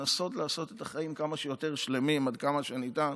לנסות לעשות את החיים כמה שיותר שלמים עד כמה שניתן,